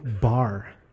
bar